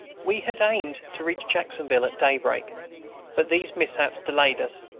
we had aimed to reach jacksonville at daybreak but these mishaps delayed us,